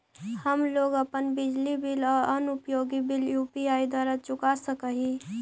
हम लोग अपन बिजली बिल और अन्य उपयोगि बिल यू.पी.आई द्वारा चुका सक ही